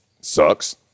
sucks